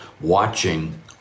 watching